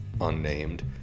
unnamed